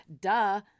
Duh